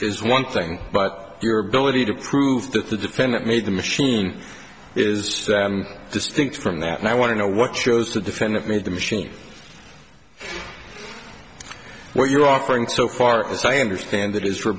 is one thing but your ability to prove that the defendant made the machine is distinct from that and i want to know what shows the defendant made the machine where you're offering so far as i understand it is